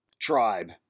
tribe